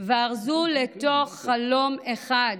וארזו אותם לתוך חלום אחד,